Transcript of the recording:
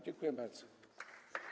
Dziękuję bardzo.